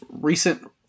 recent